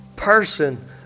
Person